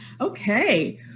Okay